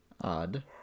Odd